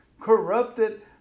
corrupted